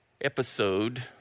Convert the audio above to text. episode